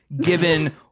given